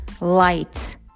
light